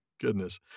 Goodness